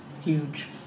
Huge